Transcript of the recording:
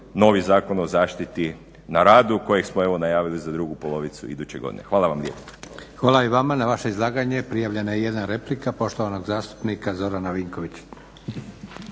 novi Zakon o zaštiti na radu kojeg smo najavili za drugu polovicu iduće godine. Hvala vam lijepo.